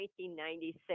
1996